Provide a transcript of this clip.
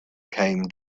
came